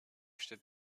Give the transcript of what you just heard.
steht